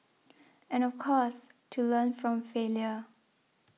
and of course to learn from failure